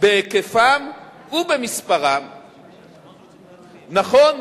בהיקפם ובמספרם נכון,